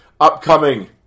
upcoming